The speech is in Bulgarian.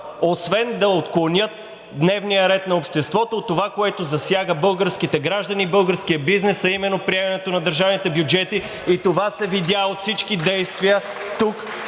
освен да отклоняват дневния ред на обществото от това, което засяга българските граждани и българския бизнес, а именно приемането на държавните бюджети. И това се видя от всички действия тук,